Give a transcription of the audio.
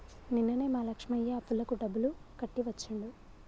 నిన్ననే మా లక్ష్మయ్య అప్పులకు డబ్బులు కట్టి వచ్చిండు